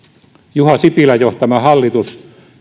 juha sipilän johtama hallitus